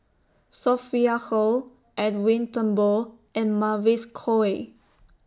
Sophia Hull Edwin Thumboo and Mavis Khoo Oei